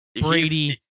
Brady